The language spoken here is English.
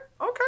Okay